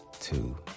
two